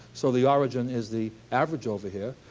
so the origin is the average over here.